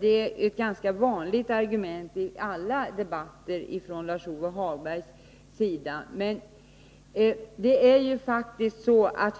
är ett ganska vanligt argument i alla debatter från Lars-Ove Hagbergs sida.